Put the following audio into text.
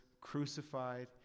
crucified